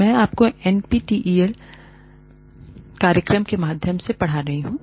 मैं आपको एनपीटीईएल कार्यक्रम के माध्यम से पढ़ा रही हूं